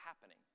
happening